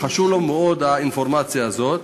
וחשובה לו מאוד האינפורמציה הזאת.